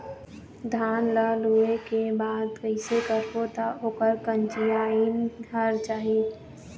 धान ला लुए के बाद कइसे करबो त ओकर कंचीयायिन हर जाही?